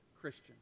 Christian